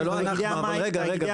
זה לא אנחנו, אבל ברשותכם.